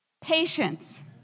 Patience